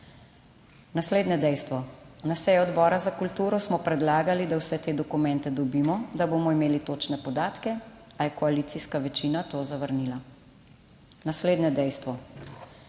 Naslednje dejstvo; na seji Odbora za kulturo smo predlagali, da vse te dokumente dobimo, da bomo imeli točne podatke, a je koalicijska večina to zavrnila. Naslednje dejstvo;